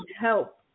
help